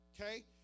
Okay